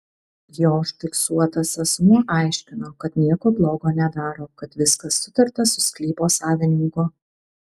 jo užfiksuotas asmuo aiškino kad nieko blogo nedaro kad viskas sutarta su sklypo savininku